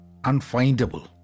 unfindable